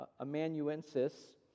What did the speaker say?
amanuensis